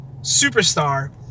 superstar